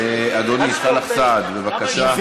אדוני סאלח סעד, בבקשה.